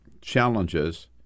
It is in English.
challenges